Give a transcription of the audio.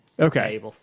Okay